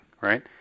right